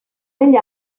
negli